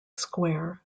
square